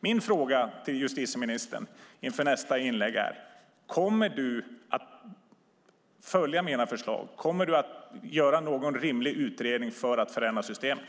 Min fråga till justitieministern inför nästa inlägg är: Kommer du att följa mina förslag? Kommer du att göra någon rimlig utredning för att förändra systemet?